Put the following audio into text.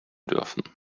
dürfen